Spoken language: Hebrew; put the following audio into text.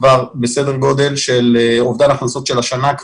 סדר גודל של אובדן הכנסות השנה,